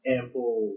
ample